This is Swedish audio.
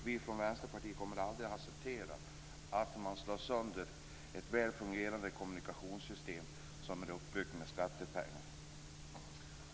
Vi i Vänsterpartiet kommer aldrig att acceptera att man slår sönder ett väl fungerande kommunikationssystem som är uppbyggt med skattepengar.